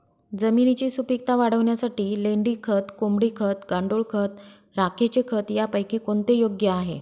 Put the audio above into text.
जमिनीची सुपिकता वाढवण्यासाठी लेंडी खत, कोंबडी खत, गांडूळ खत, राखेचे खत यापैकी कोणते योग्य आहे?